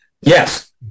Yes